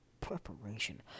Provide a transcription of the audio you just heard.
preparation